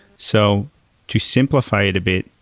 so to simplify it a bit,